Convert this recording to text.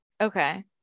Okay